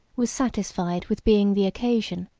was satisfied with being the occasion,